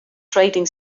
trading